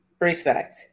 respect